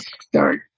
start